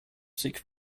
sick